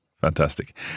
fantastic